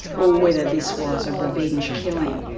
or whether this was a revenge killing.